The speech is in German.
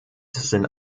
sind